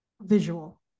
visual